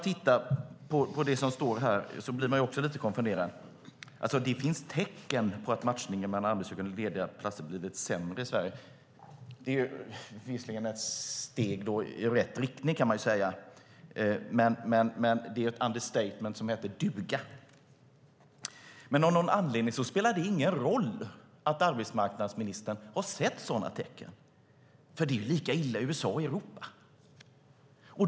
Vidare blir jag lite konfunderad när jag hör att det finns tecken på att matchningen mellan arbetssökande och lediga platser blivit sämre i Sverige. Det är visserligen ett steg i rätt riktning, men det är ett understatement som heter duga. Av någon anledning spelar det dock ingen roll att arbetsmarknadsministern har sett sådana tecken, för det är lika illa i USA och Europa.